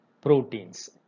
proteins